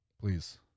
please